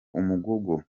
umugogo